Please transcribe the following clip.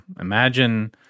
Imagine